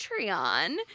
Patreon